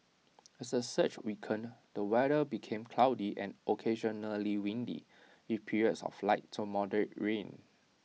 as the surge weakened the weather became cloudy and occasionally windy with periods of light to moderate rain